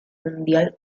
mundial